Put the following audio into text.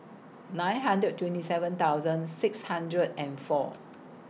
nine hundred twenty seven thousand six hundred and four